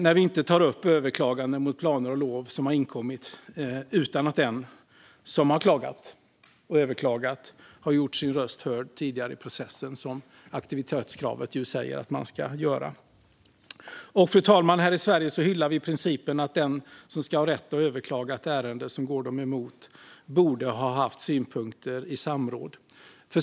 Vi har inte tagit upp överklaganden mot planer och lov som har inkommit utan att den som har klagat och överklagat gjort sin röst hörd tidigare i processen, vilket aktivitetskravet innebär att man ska göra. Fru talman! Här i Sverige hyllar vi principen att den som ska ha rätt att överklaga ett ärende som går dem emot borde ha haft synpunkter i samrådet.